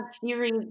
series